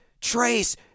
Trace